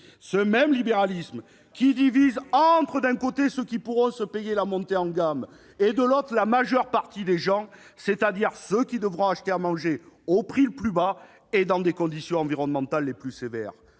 ce même libéralisme qui fait le départ entre, d'un côté, ceux qui pourront monter en gamme, et, de l'autre, la majeure partie des gens, ceux qui devront acheter à manger au prix le plus bas, dans les conditions environnementales les plus sévères.